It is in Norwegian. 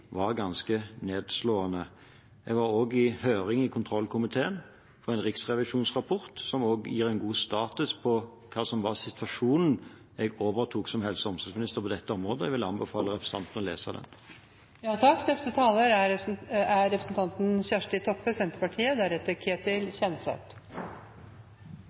var ganske nedslående. Jeg var også i høring i kontrollkomiteen om en riksrevisjonsrapport som også gir en god status på hva som var situasjonen da jeg overtok som helse- og omsorgsminister på dette området. Jeg vil anbefale representanten å lese den.